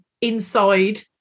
inside